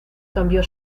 cambió